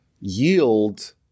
yield